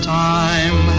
time